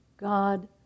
God